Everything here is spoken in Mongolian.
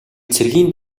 цэргийн